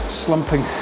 slumping